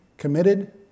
committed